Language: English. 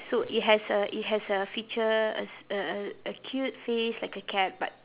so it has a it has a feature a s~ a a a cute face like a cat but